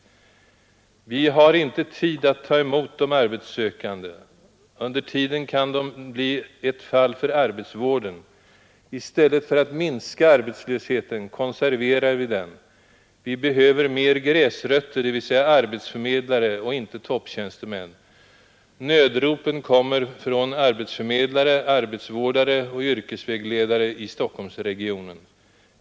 Vi har inte tid att ta emot de arbetssökande. Under tiden kan de bli ett fall för arbetsvården. I stället för att minska arbetslösheten konserverar vi den. Vi behöver mer gräsrötter, dvs. arbetsförmedlare och inte topptjänstemän. Nödropen kommer från arbetsförmedlare, arbetsvårdare och yrkesvägledare i Stockholmsregionen.